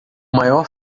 maior